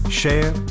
share